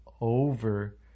over